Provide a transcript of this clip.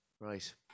Right